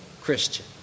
Christian